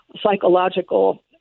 psychological